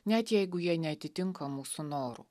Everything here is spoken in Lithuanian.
net jeigu jie neatitinka mūsų norų